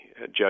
Judge